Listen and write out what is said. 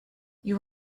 you